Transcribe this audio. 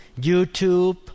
YouTube